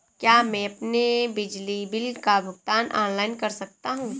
क्या मैं अपने बिजली बिल का भुगतान ऑनलाइन कर सकता हूँ?